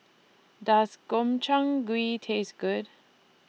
Does Gobchang Gui Taste Good